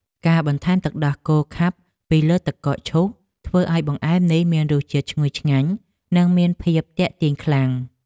ការបន្ថែមទឹកដោះគោខាប់ពីលើទឹកកកឈូសធ្វើឱ្យបង្អែមនេះមានរសជាតិឈ្ងុយឆ្ងាញ់និងមានភាពទាក់ទាញខ្លាំង។